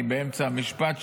אני באמצע המשפט,